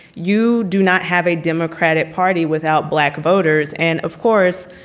you do not have a democratic party without black voters and of course,